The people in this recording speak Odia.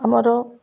ଆମର